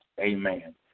Amen